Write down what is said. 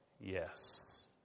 Yes